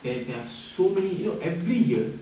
there there are so many you know every year